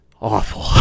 awful